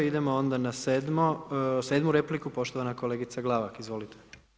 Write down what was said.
Idemo onda na 7 repliku, poštovana kolegica Glavak, izvolite.